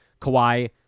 Kawhi